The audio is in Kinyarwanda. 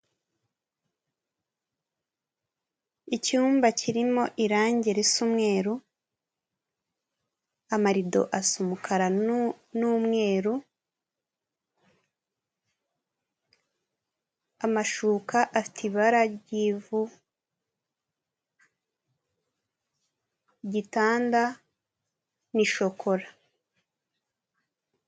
Icyumba kirimo irange risa umweru, amarido asa umukara n'umweru, amashuka afite ibara ry'ivu igitanda ni shokora.